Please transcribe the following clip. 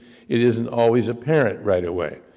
it isn't always apparent right away,